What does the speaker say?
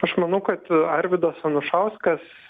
aš manau kad arvydas anušauskas